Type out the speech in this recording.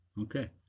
Okay